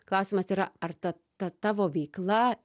klausimas yra ar ta ta tavo veikla